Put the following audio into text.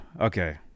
okay